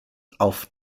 auf